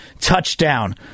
touchdown